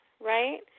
Right